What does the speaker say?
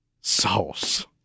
Sauce